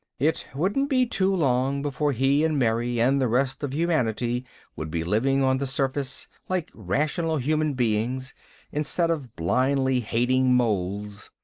it wouldn't be too long before he and mary and the rest of humanity would be living on the surface like rational human beings instead of blindly hating moles.